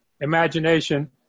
imagination